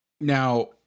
Now